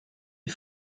est